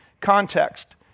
Context